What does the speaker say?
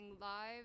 live